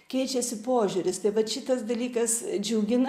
keičiasi požiūris tai vat šitas dalykas džiugina